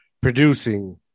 producing